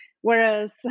whereas